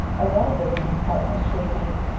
as all business partners should be.